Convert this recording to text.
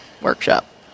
workshop